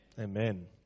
Amen